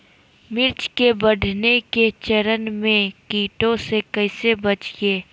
मिर्च के बढ़ने के चरण में कीटों से कैसे बचये?